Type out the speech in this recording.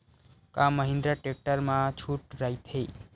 का महिंद्रा टेक्टर मा छुट राइथे?